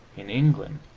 in england